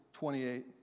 28